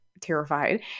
terrified